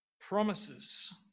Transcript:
Promises